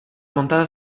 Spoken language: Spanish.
montada